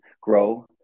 grow